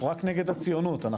רק נגד הציונות,